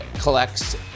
collects